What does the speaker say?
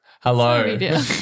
Hello